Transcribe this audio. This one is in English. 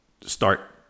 start